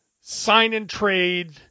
sign-and-trade